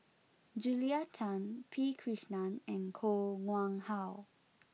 Julia Tan P Krishnan and Koh Nguang How